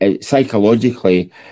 psychologically